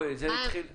זה התחיל בסקירה,